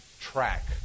track